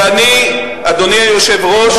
ואני, אדוני היושב-ראש,